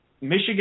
Michigan